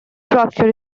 structure